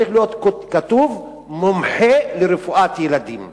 צריך להיות כתוב "מומחה לרפואת ילדים".